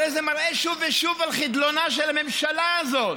הרי זה מראה שוב ושוב על חדלונה של הממשלה הזאת.